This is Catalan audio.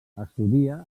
estudia